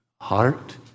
heart